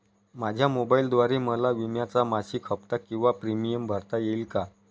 माझ्या मोबाईलद्वारे मला विम्याचा मासिक हफ्ता किंवा प्रीमियम भरता येईल का?